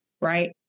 Right